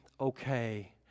okay